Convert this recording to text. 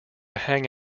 hang